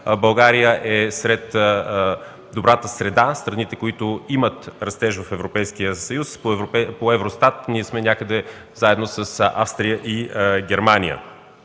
България е сред добрата среда – страните, които имат растеж в Европейския съюз. По ЕВРОСТАТ ние сме някъде заедно с Австрия и Германия.